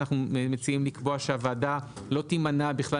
אנחנו מציעים לקבוע שהועדה לא תמנע בכלל